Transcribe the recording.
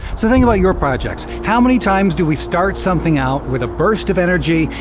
so think about your projects. how many times do we start something out with a burst of energy,